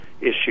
issue